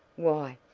why,